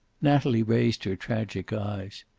natalie raised tragic eyes